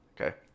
Okay